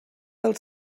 del